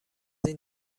این